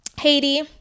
haiti